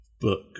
book